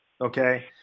okay